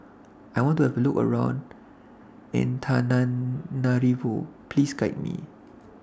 I want to Have A Look around Antananarivo Please Guide Me